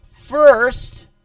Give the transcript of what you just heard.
first